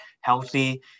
healthy